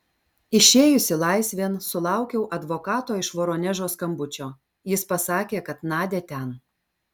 išėjusi laisvėn sulaukiau advokato iš voronežo skambučio jis pasakė kad nadia ten